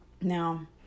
Now